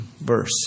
verse